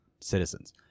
citizens